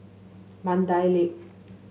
Mandai Lake